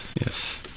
Yes